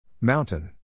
Mountain